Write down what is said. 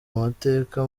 amateka